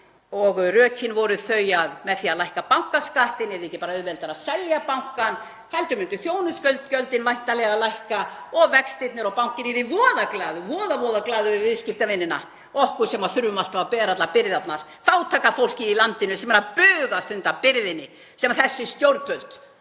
Rökin voru þau að með því að lækka bankaskattinn yrði ekki bara auðveldara að selja bankann heldur myndu þjónustugjöldin væntanlega lækka sem og vextirnir, og bankinn yrði voða glaður, voða glaður við viðskiptavinina, okkur sem þurfum alltaf að bera allar byrðarnar, fátæka fólkið í landinu sem er að bugast undan byrðinni sem þessi stjórnvöld